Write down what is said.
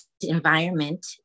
environment